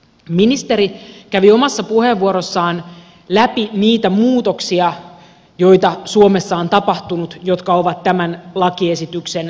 ministeri kävi omassa puheenvuorossaan läpi niitä muutoksia joita suomessa on tapahtunut jotka ovat tämän lakiesityksen taustalla